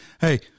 Hey